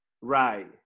Right